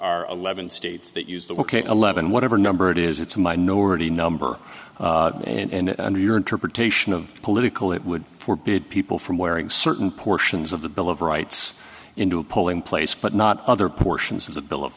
are eleven states that use the ok eleven whatever number it is it's a minority number and under your interpretation of political it would forbit people from wearing certain portions of the bill of rights into a polling place but not other portions of the bill of